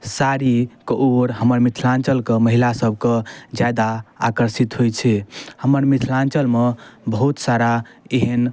साड़ीके ओर हमर मिथिलाञ्चलके महिलासभके जादा आकर्षित होइ छै हमर मिथिलाञ्चलमे बहुत सारा एहन